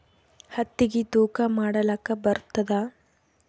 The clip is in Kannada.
ಹತ್ತಿಗಿ ತೂಕಾ ಮಾಡಲಾಕ ಬರತ್ತಾದಾ?